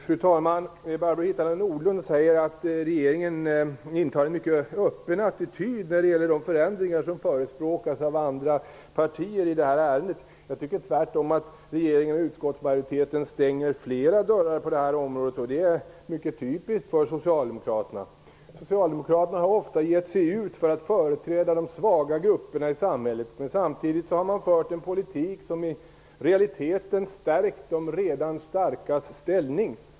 Fru talman! Barbro Hietala Nordlund säger att regeringen intar en mycket öppen attityd när det gäller de förändringar som förespråkas av andra partier i detta ärende. Jag tycker tvärtom att regeringen och utskottsmajoriteten stänger flera dörrar på det här området. Det är mycket typiskt för Socialdemokraterna. Socialdemokraterna har ofta givit sig ut för att företräda de svaga grupperna i samhället. Samtidigt har man fört en politik som i realiteten stärkt de redan starkas ställning.